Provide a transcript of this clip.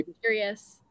curious